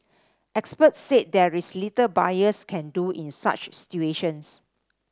experts said there is little buyers can do in such situations